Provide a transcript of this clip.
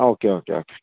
ആ okay okay okay